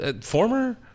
Former